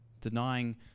denying